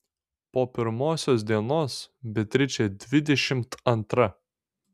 po pirmosios dienos beatričė dvidešimt antra